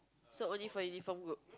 so only for uniform group